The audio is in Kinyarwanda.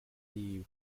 yiwe